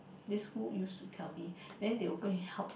this who use to tell me then they will go and help